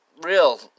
real